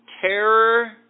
terror